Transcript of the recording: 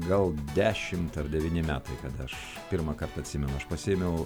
gal dešimt ar devyni metai kada aš pirmąkart atsimenu aš pasiėmiau